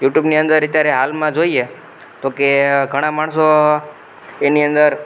યુટ્યુબની અંદર અત્યારે હાલમાં જોઈએ તો કહે ઘણા માણસો એની અંદર